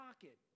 pocket